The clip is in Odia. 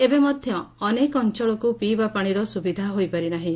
ଏବେ ମଧ୍ୟ ଅନେକ ଅଞ୍ଚଳକୁ ପିଇବା ପାଶିର ସୁବିଧା ହୋଇପାରି ନାହିଁ